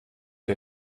der